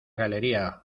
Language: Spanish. galería